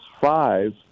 five